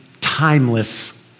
timeless